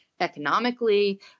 economically